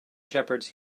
shepherds